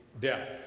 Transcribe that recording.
death